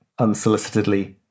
unsolicitedly